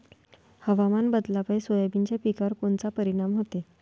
हवामान बदलापायी सोयाबीनच्या पिकावर कोनचा परिणाम होते?